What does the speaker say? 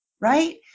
Right